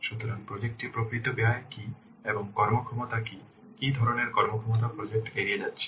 সুতরাং প্রজেক্ট টি প্রকৃত ব্যয় কী এবং কর্মক্ষমতা কী কী ধরণের কর্মক্ষমতা প্রজেক্ট এড়িয়ে যাচ্ছে